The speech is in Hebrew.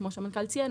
כמו שהמנכ"ל ציין,